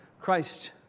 Christ